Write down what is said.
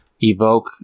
evoke